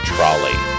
Trolley